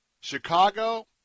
Chicago